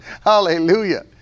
Hallelujah